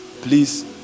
Please